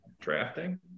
drafting